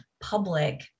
public